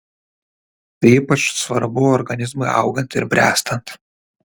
tai ypač svarbu organizmui augant ir bręstant